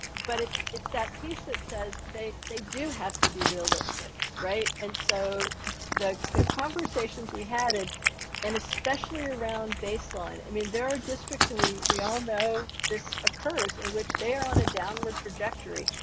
but it's it's that piece that says, they they do have to be realistic. right? and so the the conversations we had and and especially around baseline. i mean there are districts and we we all know this occurs. in which they are on a downward trajectory.